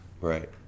right